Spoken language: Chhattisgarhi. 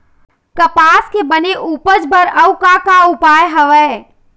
कपास के बने उपज बर अउ का का उपाय हवे?